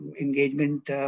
engagement